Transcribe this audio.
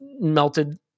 melted